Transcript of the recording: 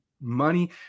money